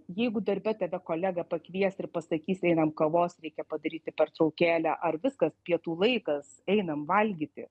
jeigu darbe tave kolega pakvies ir pasakys einam kavos reikia padaryti pertraukėlę ar viskas pietų laikas einam valgyti